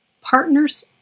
partners